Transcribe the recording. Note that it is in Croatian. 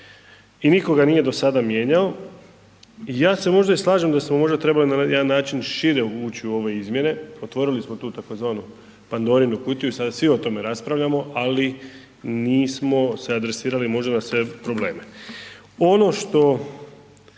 i niko ga nije do sada mijenjao i ja se možda i slažem da smo možda trebali na jedan način šire ući u ove izmjene, otvorili smo tu tzv. Pandorinu kutiju i sada svi o tome raspravljamo, ali nismo se adresirali možda na sve probleme. Ono što